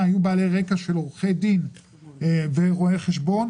היו בעלי רקע של עורכי דין ורואי חשבון,